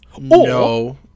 No